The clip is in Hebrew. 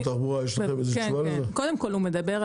קודם כל הוא מדבר,